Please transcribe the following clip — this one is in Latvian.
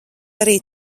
arī